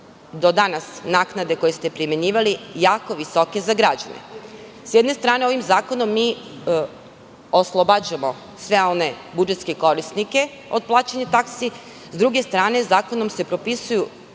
do danas naknade koje ste primenjivali jako visoke za građane. Sa jedne strane, ovim zakonom mi oslobađamo sve one budžetske korisnike od plaćanja taksi, a sa druge strane, dosadašnje